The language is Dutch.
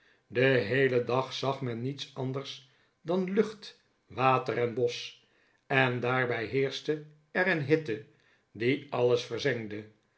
den heelen dag zag men niets anders dan lucht water en bosch en daarbij heerschte er een hitte die alles verzengde